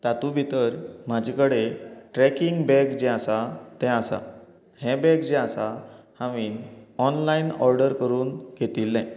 तांतूत भितर म्हाजे कडेन ट्रेकिंग बॅग जें आसा तें आसा हे बॅग जें आसा आमी ऑनलायन ऑर्डर करून घेतिल्लें